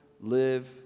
live